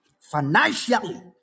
Financially